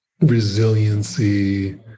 resiliency